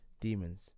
Demons